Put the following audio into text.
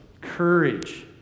courage